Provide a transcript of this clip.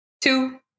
two